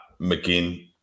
McGinn